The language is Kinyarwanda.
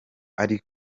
ari